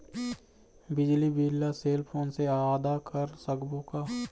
बिजली बिल ला cell phone से आदा कर सकबो का?